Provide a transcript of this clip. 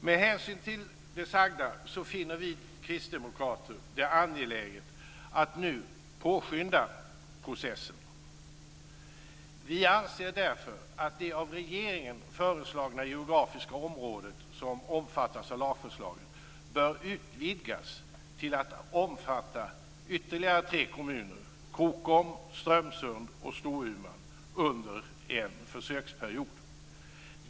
Med hänsyn till det sagda finner vi kristdemokrater det angeläget att nu påskynda processen. Vi anser därför att det av regeringen föreslagna geografiska område som omfattas av lagförslaget bör utvidgas med ytterligare tre kommuner, Krokom, Strömsund och Storuman, under en försöksperiod.